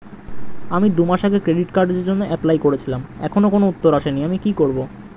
আমি দুমাস আগে ক্রেডিট কার্ডের জন্যে এপ্লাই করেছিলাম এখনো কোনো উত্তর আসেনি আমি কি করব?